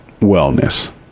wellness